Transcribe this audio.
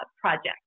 project